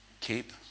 Keep